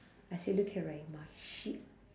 I said look at rahimah she